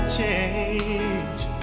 change